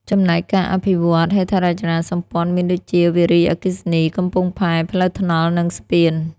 ចំណែកការអភិវឌ្ឍន៍ហេដ្ឋារចនាសម្ព័ន្ធមានដូចជា វារីអគ្គិសនី កំពង់ផែ ផ្លូវថ្នល់ និងស្ពាន។